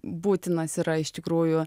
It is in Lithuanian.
būtinas yra iš tikrųjų